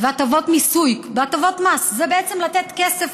והטבות מיסוי, הטבות מס, זה בעצם לתת כסף